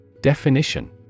Definition